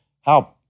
help